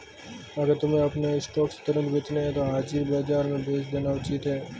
अगर तुम्हें अपने स्टॉक्स तुरंत बेचने हैं तो हाजिर बाजार में बेच देना उचित है